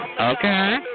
okay